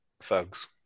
thugs